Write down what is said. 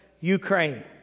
Ukraine